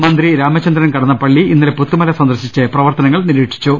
മന്ത്രി രാമചന്ദ്രൻ കടന്നപ്പള്ളി ഇന്നലെ പുത്തുമല സന്ദർശിച്ച് പ്രവർത്തനങ്ങൾ നിരീക്ഷിച്ചു